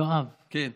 יואב, כן.